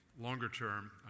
Longer-term